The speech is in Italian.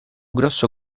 grosso